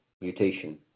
mutation